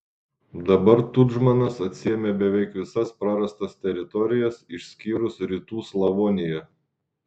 dabar tudžmanas atsiėmė beveik visas prarastas teritorijas išskyrus rytų slavoniją